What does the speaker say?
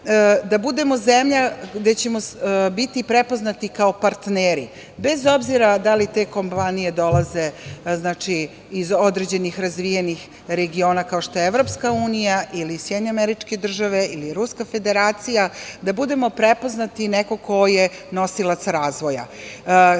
da budemo zemlja gde ćemo biti prepoznati kao partneri, bez obzira da li te kompanije dolaze iz određenih razvijenih regiona kao što je EU ili SAD ili Ruska Federacija, da budemo prepoznati kao neko ko je nosilac razvoja. Tako